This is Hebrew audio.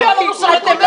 אני אצביע על הנוסח הקודם.